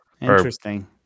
interesting